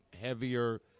heavier –